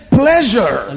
pleasure